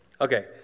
Okay